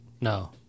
No